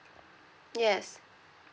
yes